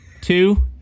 two